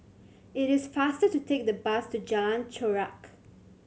it is faster to take the bus to Jalan Chorak